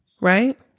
Right